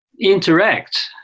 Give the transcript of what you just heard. interact